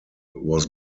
was